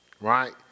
right